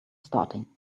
starting